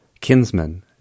kinsman